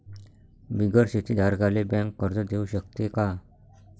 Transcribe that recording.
बिगर शेती धारकाले बँक कर्ज देऊ शकते का?